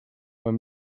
were